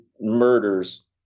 murders